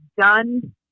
done